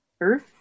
earth